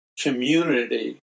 community